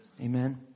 Amen